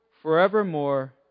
Forevermore